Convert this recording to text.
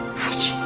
hush